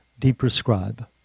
deprescribe